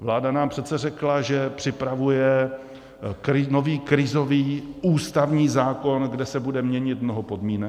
Vláda nám přece řekla, že připravuje nový krizový ústavní zákon, kde se bude měnit mnoho podmínek.